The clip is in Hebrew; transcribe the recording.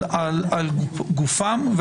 גופם.